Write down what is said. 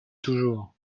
toujours